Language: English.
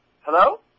Hello